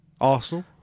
Arsenal